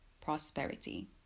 prosperity